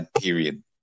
period